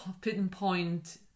pinpoint